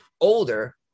older